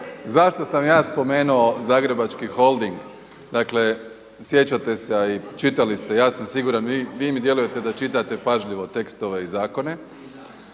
zašto sam ja spomenuo Zagrebački holding? Dakle sjećate se, a i čitali ste, ja sam siguran vi mi djelujete da čitate pažljivo tekstove i zakone,